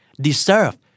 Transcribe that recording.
Deserve